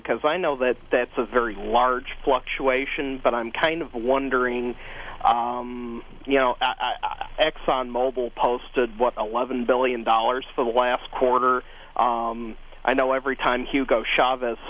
because i know that that's a very large fluctuation but i'm kind of wondering you know exxon mobil posted what eleven billion dollars for the last quarter i know every time hugo chavez